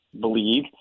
believe